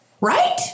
Right